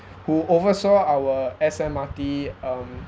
who oversaw our S_M_R_T um